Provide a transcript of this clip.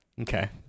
Okay